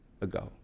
ago